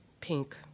pink